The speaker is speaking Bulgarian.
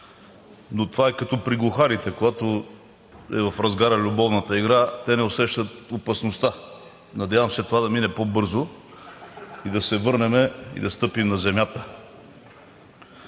но това е като при глухарите – когато са в разгара на любовната игра, те не усещат опасността. Надявам се, това да мине по-бързо, да се върнем и да стъпим на земята.